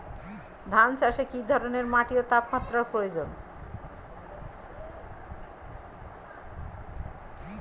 ধান চাষে কী ধরনের মাটি ও তাপমাত্রার প্রয়োজন?